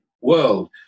world